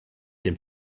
dem